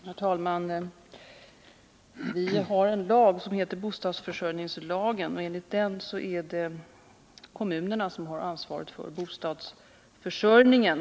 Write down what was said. Herr talman! Vi har en lag som heter bostadsförsörjningslagen. Enligt den har kommunerna ansvaret för bostadsförsörjningen.